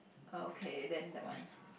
okay then that one